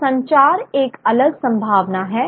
तो संचार एक अलग संभावना है